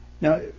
Now